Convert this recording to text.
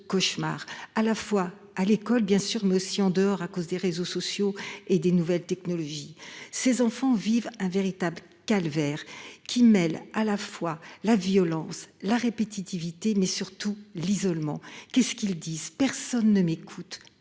à la fois à l'école bien sûr, mais aussi en dehors, à cause des réseaux sociaux et des nouvelles technologies. Ces enfants vivent un véritable calvaire qui mêle à la fois la violence la répétitivité mais surtout l'isolement. Qu'est-ce qu'ils disent. Personne ne m'écoute.